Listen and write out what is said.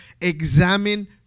examine